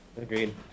Agreed